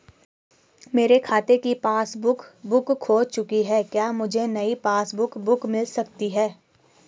मेरे खाते की पासबुक बुक खो चुकी है क्या मुझे नयी पासबुक बुक मिल सकती है?